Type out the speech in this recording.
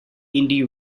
indie